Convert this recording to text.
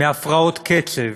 מהפרעות קצב,